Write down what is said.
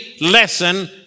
lesson